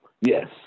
Yes